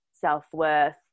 self-worth